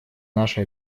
наши